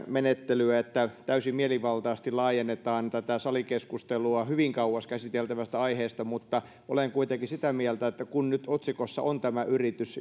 menettelyä että täysin mielivaltaisesti laajennetaan tätä salikeskustelua hyvin kauas käsiteltävästä aiheesta mutta olen kuitenkin sitä mieltä että kun nyt otsikossa on tämä yritys